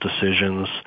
decisions